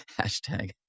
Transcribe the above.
hashtag